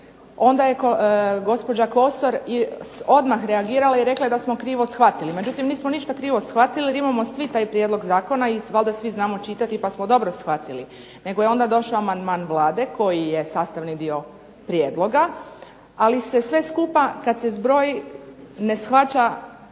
Onda je gospođa Kosor odmah reagirala i rekla je da smo krivo shvatili. Međutim, nismo ništa krivo shvatili jer imamo svi taj prijedlog zakona i valjda svi znamo čitati pa smo dobro shvatili. Nego je onda došao amandman Vlade koji je sastavni dio prijedloga, ali se sve skupa kad se zbroji ne shvaća